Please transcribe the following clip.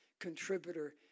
contributor